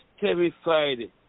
terrified